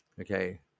Okay